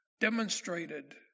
demonstrated